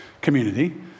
community